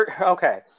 Okay